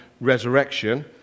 resurrection